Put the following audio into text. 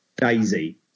Daisy